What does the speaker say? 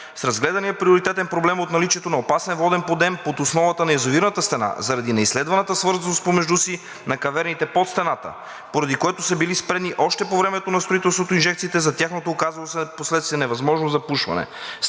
разгледания приоритетен проблем от наличието на опасен воден подем под основата па язовирната стена заради неизследваната свързаност помежду си на каверните под стената, поради което са били спрени още по време на строителството инжекциите за тяхното, оказало се впоследствие, невъзможно запушване.